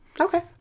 Okay